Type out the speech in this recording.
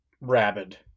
rabid